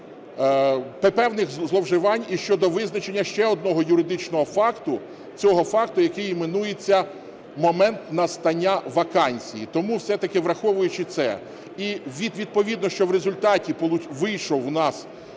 певних зловживань і щодо визначення ще одного юридичного факту, цього факту, який іменується "момент настання вакансії". Тому все-таки враховуючи це, і відповідно, що в результаті вийшов у нас